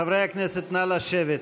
חברי הכנסת, נא לשבת.